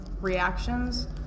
reactions